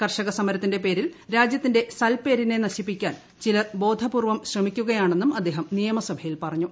കർഷക സമരത്തിന്റെ പേരിൽ രാജ്യത്തിന്റെ സൽപ്പേരിനെ നശിപ്പിക്കാൻ ശ്രമിക്കുകയാണെന്നും അദ്ദേഹം നിയമസഭയിൽ പറഞ്ഞു